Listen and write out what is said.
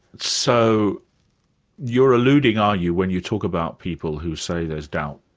so you're alluding, are you, when you talk about people who say there's doubt,